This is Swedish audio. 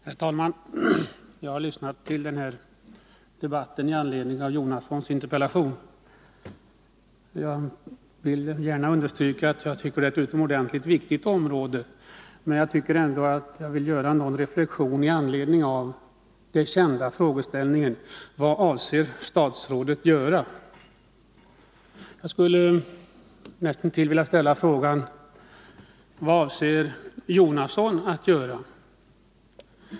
Herr talman! Jag har lyssnat till den här debatten i anledning av Bertil Jonassons interpellation och vill gärna understryka att jag tycker att det är ett utomordentligt viktigt område. Men jag vill ändå göra några reflektioner i anslutning till den kända frågeställningen: Vad avser statsrådet att göra? Jag skulle närmast vilja ställa frågan: Vad avser Bertil Jonasson att göra?